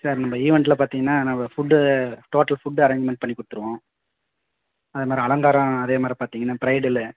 sir நம்ம ஈவெண்ட்டில் பார்த்தீங்கன்னா நம்ம ஃபுட்டு டோட்டல் ஃபுட்டு அரேஞ்சுமெண்ட் பண்ணிக் கொடுத்துருவோம் அதை மாரி அலங்காரம் அதே மாரி பார்த்தீங்கன்னா ப்ரைடலு